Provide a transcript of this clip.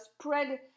spread